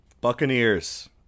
Buccaneers